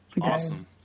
awesome